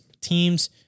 teams